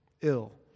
ill